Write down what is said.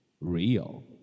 real